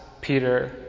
Peter